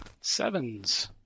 Sevens